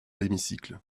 l’hémicycle